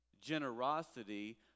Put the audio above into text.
generosity